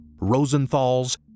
Rosenthal's